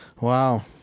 wow